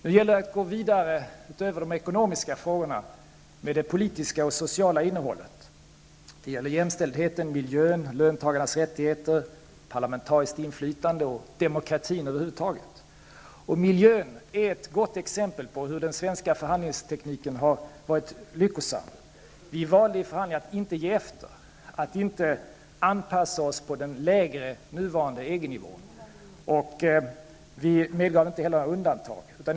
Nu gäller det att gå vidare utöver de ekonomiska frågorna med det politiska och sociala innehållet. Det gäller jämställdheten, miljön, löntagarnas rättigheter, det parlamentariska inflytandet och demokratin över huvud taget. Miljön är ett gott exempel på hur den svenska förhandlingstekniken har varit lyckosam. Vi valde i förhandlingarna att inte ge efter, att inte anpassa oss till den lägre, nuvarande EG-nivån, och vi medgav inte heller undantag.